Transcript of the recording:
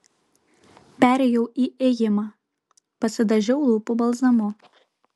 perėjau į ėjimą pasidažiau lūpų balzamu